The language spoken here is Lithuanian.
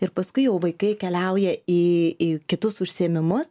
ir paskui jau vaikai keliauja į į kitus užsiėmimus